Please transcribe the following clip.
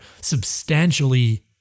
substantially